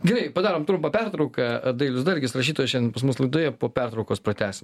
gerai padarom trumpą pertrauką dailius dargis rašytojas šian pas mus laidoje po pertraukos pratęsim